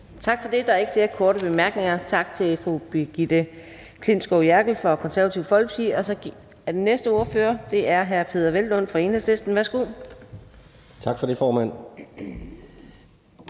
Tak for det. Der er ikke flere korte bemærkninger. Tak til fru Brigitte Klintskov Jerkel fra Det Konservative Folkeparti. Den næste ordfører er hr. Peder Hvelplund fra Enhedslisten. Værsgo. Kl. 17:32 (Ordfører)